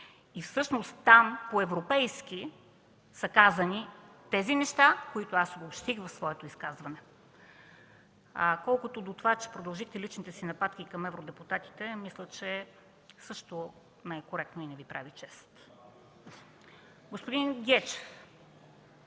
Всъщност там по европейски са казани тези неща, които аз обобщих в своето изказване. Колкото до това, че продължихте личните си нападки към евродепутатите, мисля, че също не е коректно и не Ви прави чест. Господин Гечев,